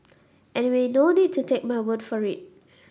anyway no need to take my word for it